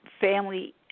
family